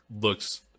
looks